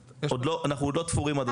אנחנו עוד לא תפורים עד הסוף על התוכנית.